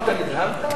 אמרת שנדהמת?